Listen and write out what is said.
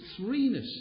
threeness